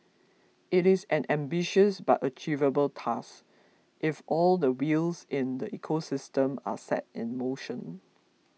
it is an ambitious but achievable task if all the wheels in the ecosystem are set in motion